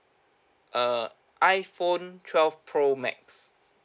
uh iPhone twelve pro max